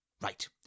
Right